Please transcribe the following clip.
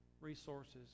resources